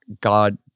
God